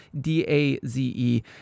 D-A-Z-E